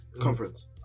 Conference